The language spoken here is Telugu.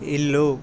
ఇల్లు